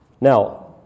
now